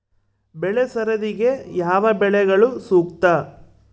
ಬೆಳೆ ಸರದಿಗೆ ಯಾವ ಬೆಳೆಗಳು ಸೂಕ್ತ?